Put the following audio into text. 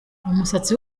umusatsi